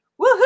woohoo